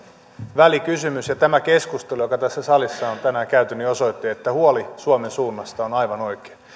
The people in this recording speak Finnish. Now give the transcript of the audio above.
välikysymys ja tämä keskustelu joka tässä salissa on tänään käyty osoitti että huoli suomen suunnasta on aivan oikea